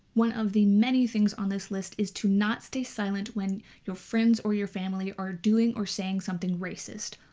one of the many things on this list is to not stay silent when your friends or your family are doing or saying something racist.